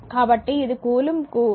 కాబట్టి ఇది నిమిషానికి 300 కూలుంబ్